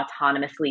autonomously